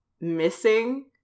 missing